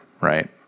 right